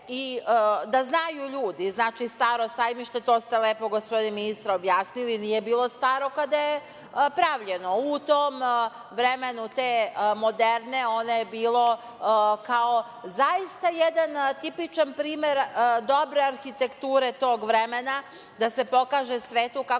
Da znaju ljudi, to ste lepo gospodine ministre objasnili, Staro sajmište nije bilo staro kada je pravljeno. U tom vremenu te moderne ono je bilo kao zaista jedan tipičan primer dobre arhitekture tog vremena, da se pokaže svetu kako to